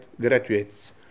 graduates